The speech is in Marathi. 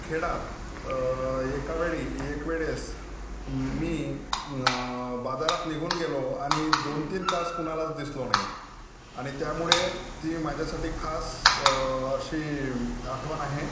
खेळात एकावेळी एकावेळेस मी बाजारात निघून गेलो आणि दोन तीन तास कुणाला दिसलो नाही आणि त्यामुळे ती माझ्यासाठी खास अशी आठवण आहे